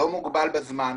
לא מוגבל בזמן,